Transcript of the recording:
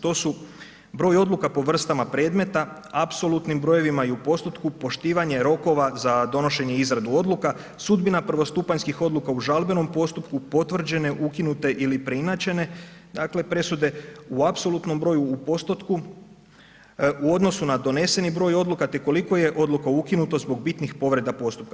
To su, broj odluka u vrstama predmeta, apsolutnim brojevima i u postotku, poštivanje rokova za donošenje i izradu odluka, sudbina prvostupanjskih odluka u žalbenom postupku, potvrđene, ukinute ili preinačene, dakle presude u apsolutnom broju, u postotku, u odnosu na doneseni broj oduka te koliko je je odluka ukinuti zbog bitnih povreda postupka.